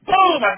Boom